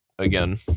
again